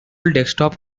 desktop